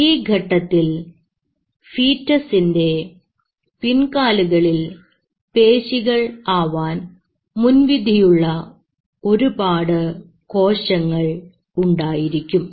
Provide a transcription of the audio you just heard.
ഈ ഘട്ടത്തിൽ ഫീറ്റന്സിന്റെ പിൻകാലുകളിൽ പേശികൾ ആവാൻ മുൻവിധിയുള്ള ഒരുപാട് കോശങ്ങൾ ഉണ്ടായിരിക്കും